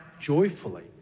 joyfully